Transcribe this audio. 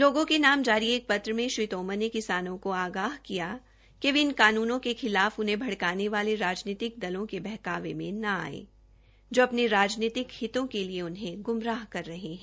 लोगों के नाम नाम जारी एक पत्र में श्री तोमर ने किसानों को आग्रह किया कि वे इन कानूनों के खिलाफ उन्हें भड़काने वाले राजनीतिक दलों के बहकावे में न आये जो अपने राजनीतिक हितों के लिए उन्हें गुमराह कर रहे है